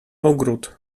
ogród